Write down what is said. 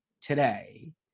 today